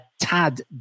tad